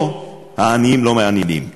אותו העניים לא מעניינים.